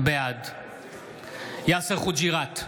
בעד יאסר חוג'יראת,